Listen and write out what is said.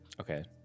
Okay